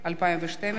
התשע"ב 2012,